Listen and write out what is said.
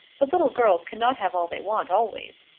but little girls cannot have all they want always.